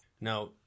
Now